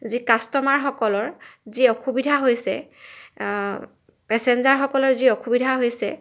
যি কাষ্টমাৰসকলৰ যি অসুবিধা হৈছে পেছেঞ্জাৰসকলৰ যি অসুবিধা হৈছে